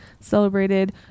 celebrated